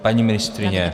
Paní ministryně?